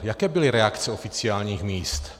Jaké byly reakce oficiálních míst?